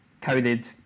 coded